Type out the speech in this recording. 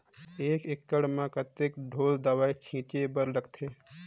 एक एकड़ म कतका ढोल दवई छीचे बर लगथे?